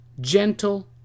gentle